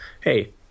hey